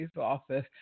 office